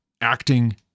acting